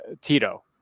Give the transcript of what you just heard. Tito